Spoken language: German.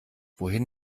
wohin